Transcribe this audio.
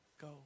go